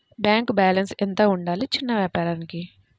Bank balance ఎంత ఉండాలి చిన్న వ్యాపారానికి?